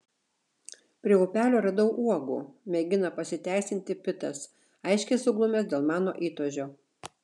prie upelio radau uogų mėgina pasiteisinti pitas aiškiai suglumęs dėl mano įtūžio